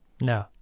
No